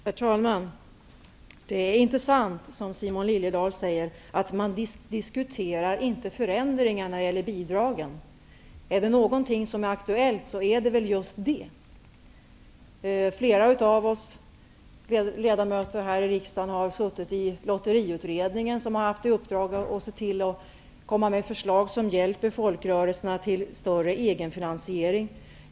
Herr talman! Det är inte sant som Simon Liliedahl säger att man inte diskuterar förändringar när det gäller bidragen. Om det är någonting som är aktuellt är det väl just det. Flera ledamöter här i riksdagen har suttit i lotteriutredning. Den har haft i uppdrag att komma med förslag som hjälper folkrörelserna till större egenfinansiering.